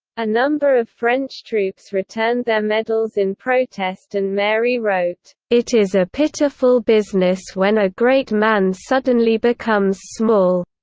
a number of french troops returned their medals in protest and mary wrote, it is a pitiful business when a great man suddenly becomes small.